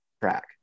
track